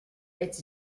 its